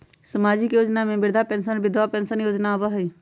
सामाजिक योजना में वृद्धा पेंसन और विधवा पेंसन योजना आबह ई?